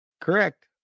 Correct